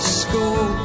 school